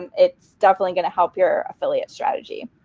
it's definitely going to help your affiliate strategy.